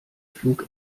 flug